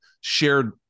shared